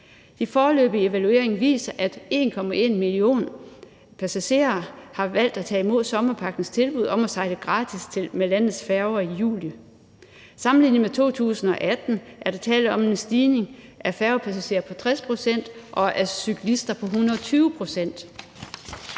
De foreløbige evalueringer viser, at 1,1 millioner passagerer valgte at tage imod sommerpakkens tilbud om at sejle gratis med landets færger i juli. Sammenlignet med 2018 var der tale om en stigning i antallet af færgepassagerer på 60 pct. og antallet af cyklister på 120 pct.